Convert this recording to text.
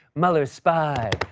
mueller spy,